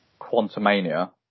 Quantumania